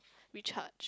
recharged